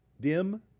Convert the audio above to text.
dim